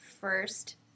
first